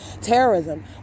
terrorism